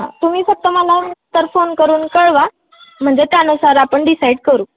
हां तुम्ही फक्त मला तर फोन करून कळवा म्हणजे त्यानुसार आपण डिसाईड करू